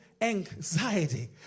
anxiety